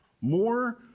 more